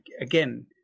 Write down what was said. again